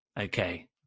Okay